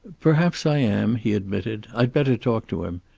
perhaps i am, he admitted. i'd better talk to him.